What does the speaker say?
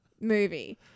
movie